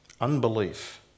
Unbelief